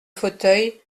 fauteuil